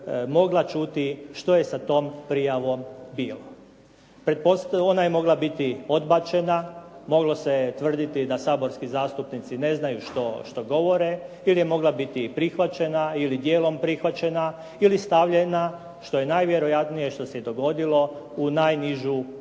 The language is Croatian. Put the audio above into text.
mogla čuti što je sa tom prijavom bilo. Ona je mogla biti odbačena, moglo se je tvrditi da saborski zastupnici ne znaju što govore, ili je mogla biti prihvaćena, ili djelom prihvaćena ili stavljena što je najvjerojatnije što se i dogodilo u najnižu ladicu.